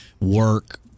work